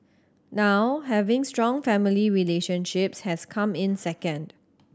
now having strong family relationships has come in second